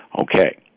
Okay